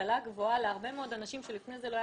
השכלה גבוהה להרבה מאוד אנשים שלפני זה לא היה